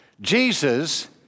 Jesus